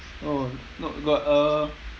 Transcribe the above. oh no got uh